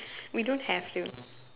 we don't have to